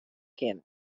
kinne